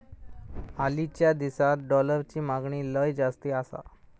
हालीच्या दिसात डॉलरची मागणी लय जास्ती आसा